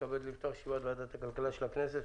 אני מתכבד לפתוח את ישיבת ועדת הכלכלה של הכנסת.